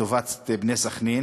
לטובת "בני סח'נין".